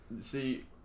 see